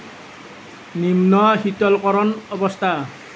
নিম্ন শীতলকৰণ অৱস্থা